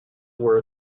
were